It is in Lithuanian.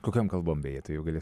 kokiom kalbom beje tu jau gali